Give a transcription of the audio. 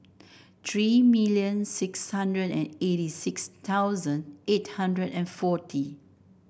three million six hundred and eighty six thousand eight hundred and forty